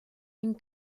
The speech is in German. ein